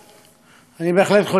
אני בהחלט חושב שהיום,